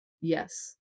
Yes